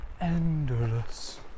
endless